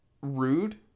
rude